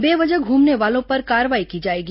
बेवजह घूमने वालों पर कार्रवाई की जाएगी